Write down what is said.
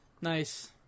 Nice